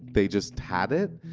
they just had it.